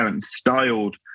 Styled